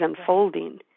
unfolding